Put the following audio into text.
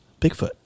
Bigfoot